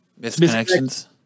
misconnections